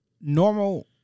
normal